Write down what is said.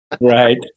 Right